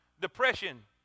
Depression